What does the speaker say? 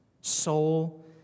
soul